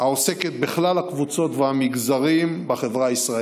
העוסקת בכלל הקבוצות והמגזרים בחברה הישראלית.